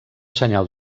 senyal